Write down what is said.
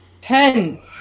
Ten